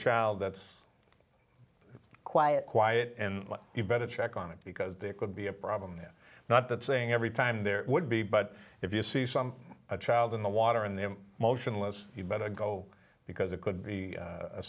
child that's quiet quiet and you better check on it because there could be a problem there not that saying every time there would be but if you see some a child in the water and there motionless you better go because it could be